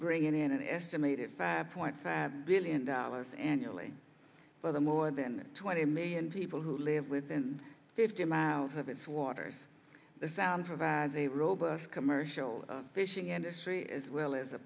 bringing in an estimated five point five billion dollars annually for the more than twenty million people who live within fifty miles of its waters the sound provides a robust commercial fishing industry as well as a